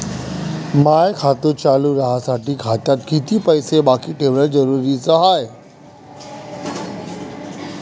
माय खातं चालू राहासाठी खात्यात कितीक पैसे बाकी ठेवणं जरुरीच हाय?